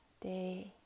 day